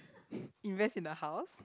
invest in a house